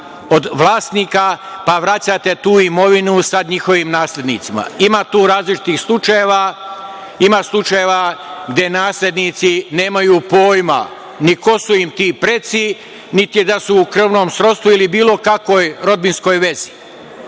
od vlasnika, pa vraćate tu imovinu sad njihovim naslednicima. Ima tu različitih slučajeva. Ima slučajeva gde naslednici nemaju pojma ni ko su im ti preci, niti da su u krvnom srodstvu ili bilo kakvoj rodbinskoj vezi.